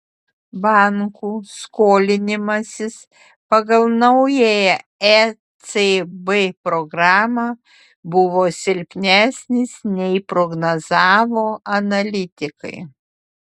bankų skolinimasis pagal naująją ecb programą buvo silpnesnis nei prognozavo analitikai